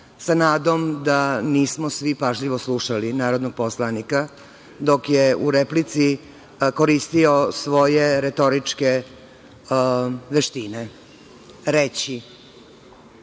sa nadom da nismo svi pažljivo slušali narodnog poslanika dok je u replici koristio svoje retoričke veštine. Reći